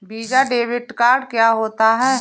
Visa debit card क्या होता है?